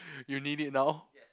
you need it now